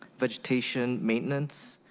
vegetation maintenance.